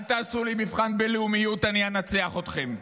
אל תעשו לי מבחן בלאומית, אני אנצח אתכם,